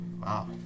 wow